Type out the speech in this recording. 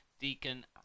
Deacon